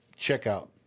checkout